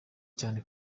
cyane